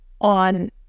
on